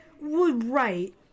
Right